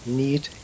need